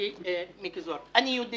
חברי מיקי זוהר, אני יודע